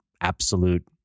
absolute